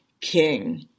king